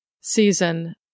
Season